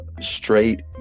straight